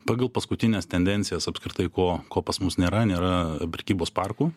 pagal paskutines tendencijas apskritai ko ko pas mus nėra nėra prekybos parkų